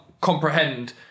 comprehend